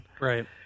Right